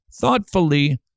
thoughtfully